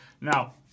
Now